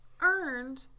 earned